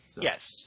Yes